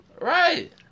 Right